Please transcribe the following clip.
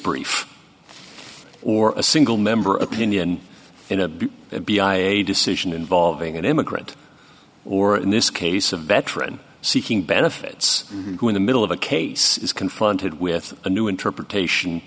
brief or a single member opinion in a b b i a decision involving an immigrant or in this case a veteran seeking benefits in the middle of a case is confronted with a new interpretation